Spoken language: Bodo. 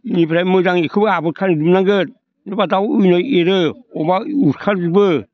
इनिफ्राय मोजां इखोबो आबोद खालामजोबनांगोन नङाब्ला दाउ एरो अमा उरखाजोबो